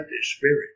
spirit